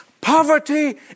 Poverty